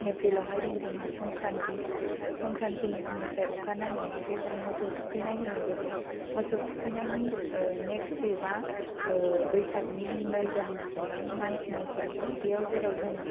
एप्रिलावहाय दं जोंहा संक्रान्टि संक्रन्टिनि उननिफ्राय अखानायैनिफ्राय जों मोसौ थुखैनाय होनो जेखौ मोसौ थुखैनायनि नेक्स्ट दे बा बैसागनि नै साननिफ्राय माने मानसिनि फोरबो बेयाव जोराव जोङो